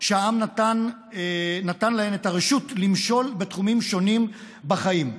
שהעם נתן להן את הרשות למשול בתחומים שונים בחיים.